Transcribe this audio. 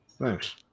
Thanks